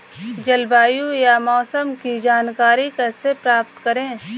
जलवायु या मौसम की जानकारी कैसे प्राप्त करें?